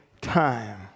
time